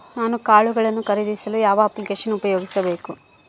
ನಾನು ಕಾಳುಗಳನ್ನು ಖರೇದಿಸಲು ಯಾವ ಅಪ್ಲಿಕೇಶನ್ ಉಪಯೋಗಿಸಬೇಕು?